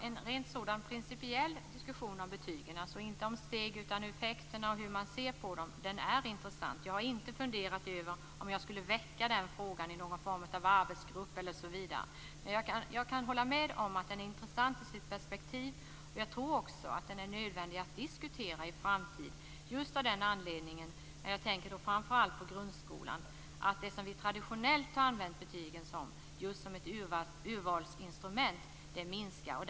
Fru talman! En rent principiell diskussion om betygen - inte om stegen utan om effekter och hur man ser på dem - är intressant. Jag har inte funderat över om jag skall väcka frågan i någon form av arbetsgrupp. Jag kan hålla med om att det är intressant. Jag tror också att det är nödvändigt att diskutera det i framtiden av just den anledningen - jag tänker framför allt på grundskolan - att det som vi traditionellt använt betygen till, som urvalsinstrument, minskar i betydelse.